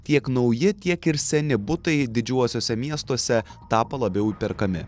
tiek nauji tiek ir seni butai didžiuosiuose miestuose tapo labiau įperkami